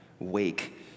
wake